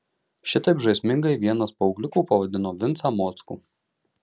šitaip žaismingai vienas paaugliukų pavadino vincą mockų